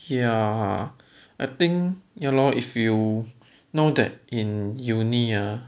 ya I think ya lor if you know that in uni ah